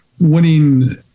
winning